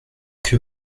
que